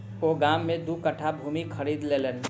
ओ गाम में दू कट्ठा भूमि खरीद लेलैन